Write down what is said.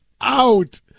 out